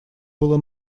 было